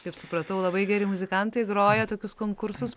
kaip supratau labai geri muzikantai groja tokius konkursus